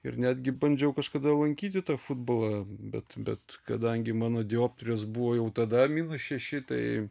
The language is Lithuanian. ir netgi bandžiau kažkada lankyti tą futbolą bet bet kadangi mano dioptrijos buvo jau tada minus šeši tai